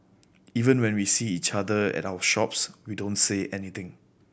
even when we see each other at our shops we don't say anything